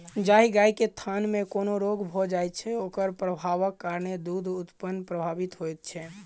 जाहि गाय के थनमे कोनो रोग भ जाइत छै, ओकर प्रभावक कारणेँ दूध उत्पादन प्रभावित होइत छै